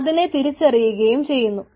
അതിനെ തിരിച്ചറിയുകയും ചെയ്യുന്നു